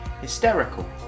hysterical